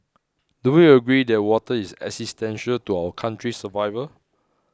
do we agree that water is existential to our country's survival